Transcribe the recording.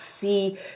see